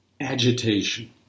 agitation